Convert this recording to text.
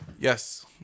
Yes